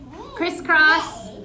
crisscross